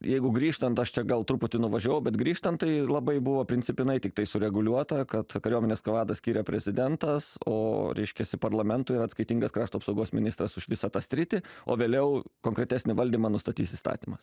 jeigu grįžtant aš čia gal truputį nuvažiavau bet grįžtant tai labai buvo principinai tiktai sureguliuota kad kariuomenės vadą skiria prezidentas o reiškias parlamentui yra atskaitingas krašto apsaugos ministras už visą tą sritį o vėliau konkretesnį valdymą nustatys įstatymas